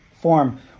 form